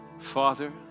Father